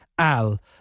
Al